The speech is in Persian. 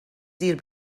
زیر